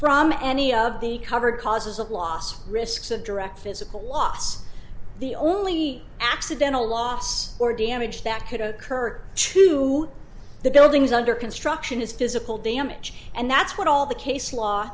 from any of the covered causes of loss risks of direct physical loss the only accidental loss or damage that could occur to the buildings under construction is physical damage and that's what all the case law